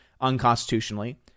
unconstitutionally